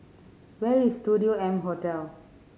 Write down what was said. where is Studio M Hotel